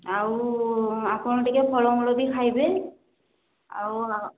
ଆଉ ଆପଣ ଟିକେ ଫଳମୂଳ ବି ଖାଇବେ ଆଉ